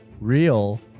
real